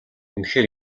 үнэхээр